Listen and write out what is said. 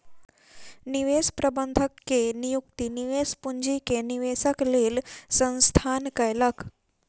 निवेश प्रबंधक के नियुक्ति निवेश पूंजी के निवेशक लेल संस्थान कयलक